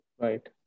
right